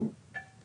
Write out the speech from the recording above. בדרך כלל